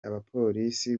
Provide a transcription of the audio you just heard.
abapolisi